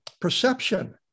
perception